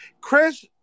Chris